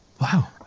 Wow